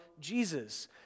Jesus